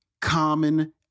common